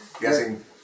guessing